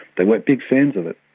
they weren't big fans of it.